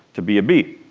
to be a bee.